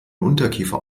unterkiefer